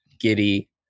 Giddy